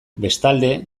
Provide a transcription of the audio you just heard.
bestalde